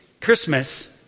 Christmas